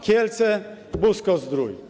Kielce - Busko-Zdrój.